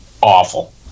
Awful